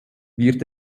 wird